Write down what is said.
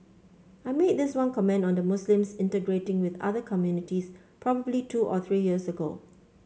I made this one comment on the Muslims integrating with other communities probably two or three years ago